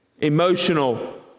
Emotional